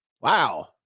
Wow